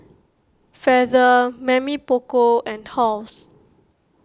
Feather Mamy Poko and Halls